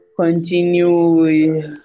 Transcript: Continue